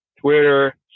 Twitter